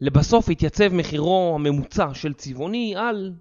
לבסוף התייצב מחירו הממוצע של צבעוני על